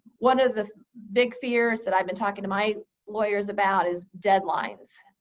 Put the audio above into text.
one of the big fears that i've been talking to my lawyers about is deadlines.